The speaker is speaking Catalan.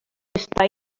està